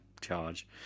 charge